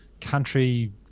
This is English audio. Country